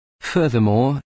Furthermore